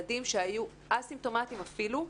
ילדים שהיו א-סימפטומטיים אפילו,